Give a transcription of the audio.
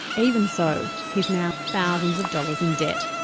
even so, he's now thousands of dollars in debt.